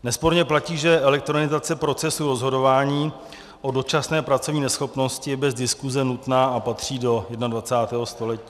Nesporně platí, že elektronizace procesu rozhodování o dočasné pracovní neschopnosti je bez diskuse nutná a patří do 21. století.